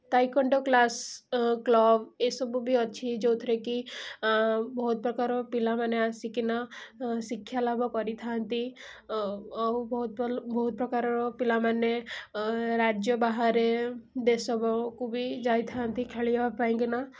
taekwondo class club ଏସବୁ ବି ଅଛି ଯେଉଁଥିରେ କି ବହୁତପ୍ରକାର ପିଲାମାନେ ଆସିକିନା ଶିକ୍ଷା ଲାଭ କରିଥାନ୍ତି ଆଉ ବହୁତ ଭଲ ବହୁତପ୍ରକାରର ପିଲାମାନେ ରାଜ୍ୟ ବାହାରେ ଦେଶକୁ ବି ଯାଇଥାନ୍ତି ଖେଳିବା ପାଇଁକିନା